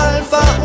Alpha